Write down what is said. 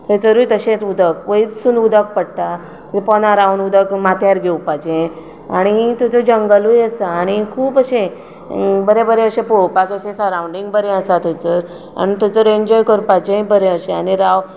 थंयचरूय तशेंच उदक वयरसून उदक पडटा पोंदा रावन उदक माथ्यार घेवपाचें आनी थंयचर जंगलूय आसा आनी खूब अशें बरें बरें अशें पळोवपाक अशें सरावंडींग बरें आसा थंयचर आनी थंयचर एन्जॉय करपाचें बरें अशें आनी राव